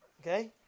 okay